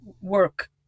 work